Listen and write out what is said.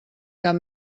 cap